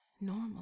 normal